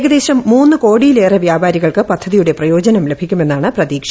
ഏകദേശം മൂന്ന് കോടിയിലേറെ വ്യാപാരികൾക്ക് പദ്ധതിയുടെ പ്രയോജനും ില്ലഭിക്കുമെന്നാണ് പ്രതീക്ഷ